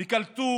הם קלטו